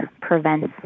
prevents